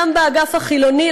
גם באגף החילוני,